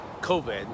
COVID